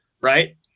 right